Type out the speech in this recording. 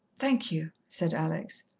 thank you, said alex.